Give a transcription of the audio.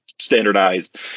standardized